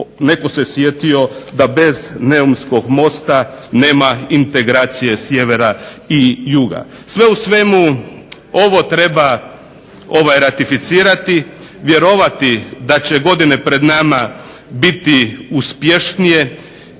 netko se sjetio da bez Neumskog mosta nema integracije sjevera i juga. Sve u svemu ovo treba ratificirati. Vjerovati da će godine pred nama biti uspješnije.